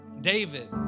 David